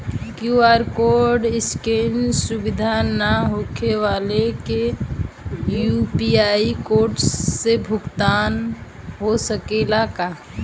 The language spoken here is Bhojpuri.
क्यू.आर कोड स्केन सुविधा ना होखे वाला के यू.पी.आई कोड से भुगतान हो सकेला का?